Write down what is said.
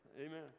Amen